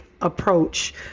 approach